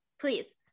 please